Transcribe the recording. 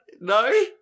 No